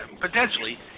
Potentially